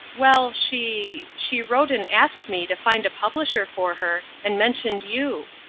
well, she she wrote and asked me to find a publisher for her, and mentioned you.